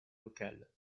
locale